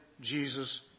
Jesus